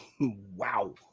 Wow